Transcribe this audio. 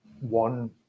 one